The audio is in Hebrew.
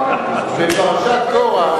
בפרשת קורח,